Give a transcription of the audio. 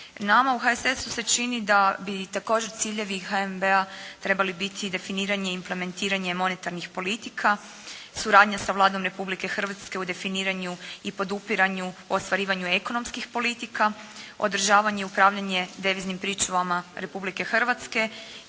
Nama u HSS-u se čini da bi također ciljevi HNB-a trebali biti definiranje i implementiranje monetarnih politika, suradnja sa Vladom Republike Hrvatske u definiranju i podupiranju u ostvarivanju ekonomskih politika, održavanje i upravljanje deviznim pričuvama Republike Hrvatske